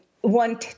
one